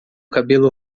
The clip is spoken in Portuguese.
cabelo